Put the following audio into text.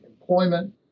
employment